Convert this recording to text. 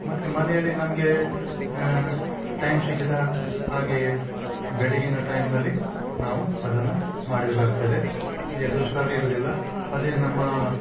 ಮತ್ತು ಮನೆಯಲ್ಲಿ ನಮಗೆ ಟೈಮ್ ಸಿಕ್ಕಿದ ಹಾಗೆ ಬೆಳಗ್ಗಿನ ಟೈಮ್ನಲ್ಲಿ ನಾವು ಅದನ್ನು ಮಾಡಬೇಕಾಗ್ತದೆ ಎದುರು ಸರ್ ಇರುವುದಿಲ್ಲ ಅದೇ ನಮ್ಮ